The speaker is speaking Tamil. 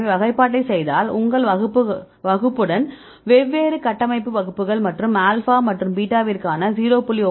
எனவே வகைப்பாட்டைச் செய்தால் உங்கள் வகுப்புடன் வெவ்வேறு கட்டமைப்பு வகுப்புகள் ஆல்பா மற்றும் பீட்டாவிற்கான 0